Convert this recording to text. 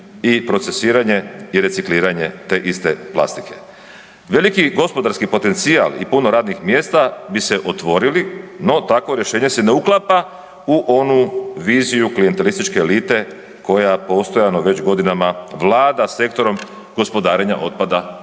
i procesuiranje i recikliranje te iste plastike. Veliki gospodarski potencijal i puno radnih mjesta bi se otvorili, no takvo rješenje se ne uklapa u onu viziju klijentelističke elite koja postojano već godinama vlada sektorom gospodarenja otpada u našoj